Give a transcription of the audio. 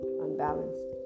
unbalanced